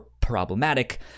problematic